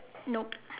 nope